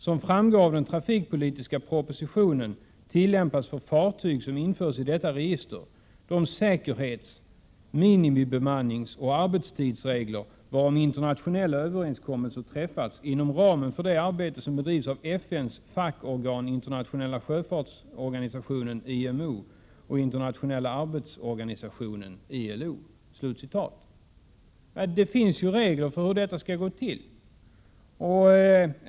Som framgår av den trafikpolitiska propositionen tillämpas för fartyg som införs i detta register de säkerhets-, minimibemanningsoch arbetstidsregler, varom internationella överenskommelser träffats inom ramen för det arbete som bedrivs av FN:s fackorgan Internationella sjöfartsorganisationen och Internationella arbetsorganisationen .” Det finns ju regler för hur det skall gå till.